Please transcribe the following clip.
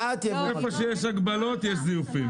איפה שיש הגבלה יש זיופים.